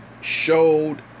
Showed